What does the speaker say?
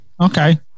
Okay